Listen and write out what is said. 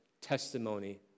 testimony